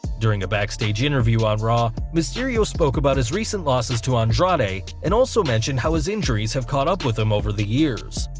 during a backstage interview on raw, mysterio spoke about his recent losses to andrade, and also mentioned how his injuries have caught up with him over the years.